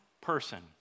person